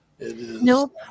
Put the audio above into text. Nope